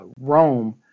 Rome